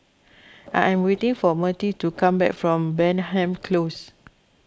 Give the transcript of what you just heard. I am waiting for Mertie to come back from Denham Close